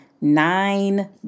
nine